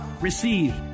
Receive